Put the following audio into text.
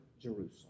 Jerusalem